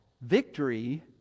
victory